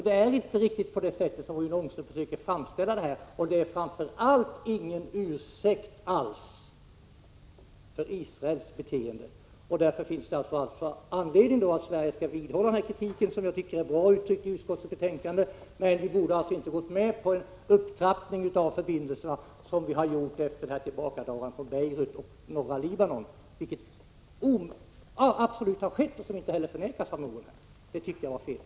Det förhåller sig alltså inte riktigt som Rune Ångström försöker framställa det. Framför allt finns det ingen ursäkt för Israels beteende. Därför har Sverige anledning att hålla fast vid sin kritik. Jag tycker att utskottets kritik är bra, men Sverige borde inte ha gått med på en upptrappning av förbindelserna, vilket vi gjort i och med tillbakadragandet från Beirut och norra Libanon. Detta har ju helt klart ägt rum och förnekas inte heller av någon.